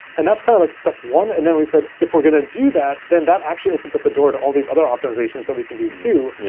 and that's kind of like step one, and then we said, if we're going to do that, then that actually opens up the door to all these other optimizations that we can do to,